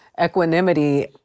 Equanimity